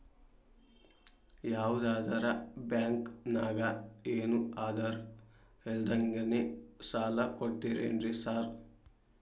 ಯಾವದರಾ ಬ್ಯಾಂಕ್ ನಾಗ ಏನು ಆಧಾರ್ ಇಲ್ದಂಗನೆ ಸಾಲ ಕೊಡ್ತಾರೆನ್ರಿ ಸಾರ್?